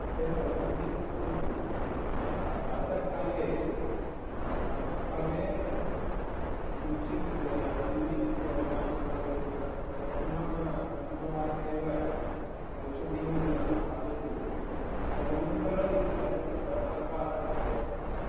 कृपया ओषधं खादतु प्रातःकाले प्रातःकाले किञ्चिद् किञ्चिद् अन्यद् न खादतु प्रत् प्रथमा प्रथमवारमेव औषधं खादतु तदनन्तरं तदनन्तरम् अल्पाहारं करोतु